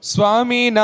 Swami